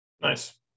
Nice